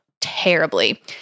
terribly